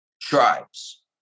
tribes